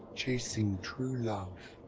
chasing true love.